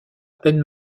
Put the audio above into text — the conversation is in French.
peine